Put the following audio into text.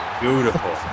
Beautiful